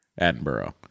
Attenborough